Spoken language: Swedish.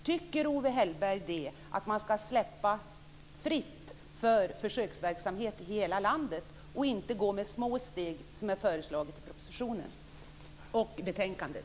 Tycker Owe Hellberg att man ska släppa fritt för försöksverksamhet i hela landet, och inte gå med små steg som är föreslaget i propositionen och i betänkandet?